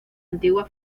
antigua